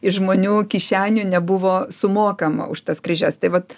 iš žmonių kišenių nebuvo sumokama už tas križes tai vat